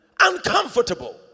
uncomfortable